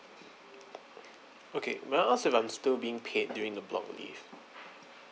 okay may I ask if I'm still being paid during the block leave